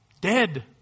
Dead